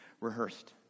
rehearsed